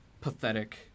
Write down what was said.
pathetic